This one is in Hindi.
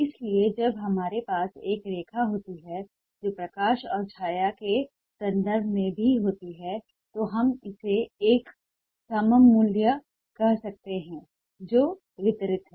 इसलिए जब हमारे पास एक रेखा होती है जो प्रकाश और छाया के संदर्भ में भी होती है तो हम इसे एक सम मूल्य कह सकते हैं जो वितरित है